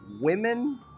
women